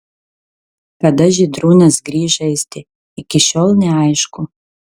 kada žydrūnas grįš žaisti iki šiol neaišku